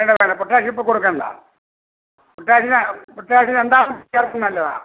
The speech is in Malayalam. വേണ്ട വേണ്ട പൊട്ടാസിയം ഇപ്പം കൊടുക്കേണ്ട പൊട്ടാസിയം പൊട്ടാസിയം രണ്ടാമത് ചേർക്കുന്നത് നല്ലതാ